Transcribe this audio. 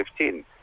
2015